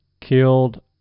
killed